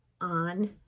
on